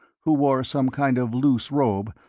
who wore some kind of loose robe,